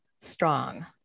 strong